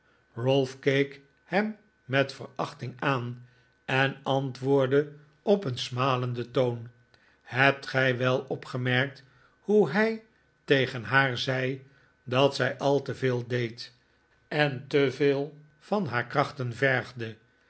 ralph keek hem met verachting aan en antwoordde op een smalenden toon hebt gij wel opgemerkt hoe hij tegen haar zei dat zij al te veel deed en te veel van haar krachten vergde